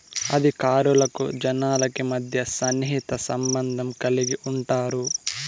అధికారులకు జనాలకి మధ్య సన్నిహిత సంబంధం కలిగి ఉంటారు